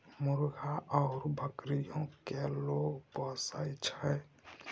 मुर्गा आउर बकरीयो केँ लोग पोसय छै